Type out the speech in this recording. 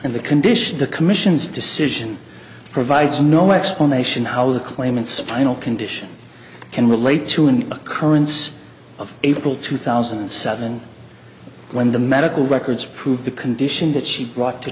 and the condition the commission's decision provides no explanation how the claimants final condition can relate to an occurrence of april two thousand and seven when the medical records prove the condition that she brought to